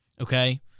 Okay